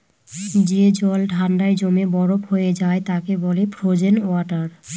যে জল ঠান্ডায় জমে বরফ হয়ে যায় তাকে বলে ফ্রোজেন ওয়াটার